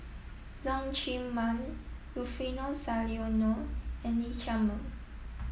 Leong Chee Mun Rufino Soliano and Lee Chiaw Meng